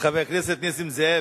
חבר הכנסת נסים זאב,